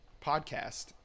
podcast